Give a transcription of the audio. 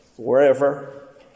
Wherever